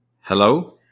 Hello